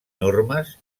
normes